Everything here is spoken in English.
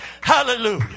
hallelujah